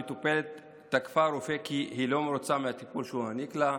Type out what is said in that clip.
מטופלת תקפה רופא כי היא לא הייתה מרוצה מהטיפול שהוא העניק לה,